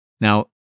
Now